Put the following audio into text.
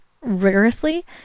rigorously